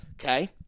Okay